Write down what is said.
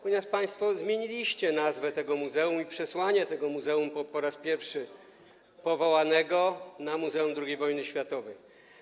Państwo zmieniliście nazwę tego muzeum i przesłanie tego muzeum po raz pierwszy powołanego na Muzeum II Wojny Światowej.